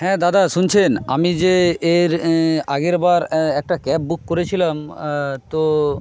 হ্যাঁ দাদা শুনছেন আমি যে এর আগেরবার একটা ক্যাব বুক করেছিলাম তো